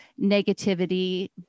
negativity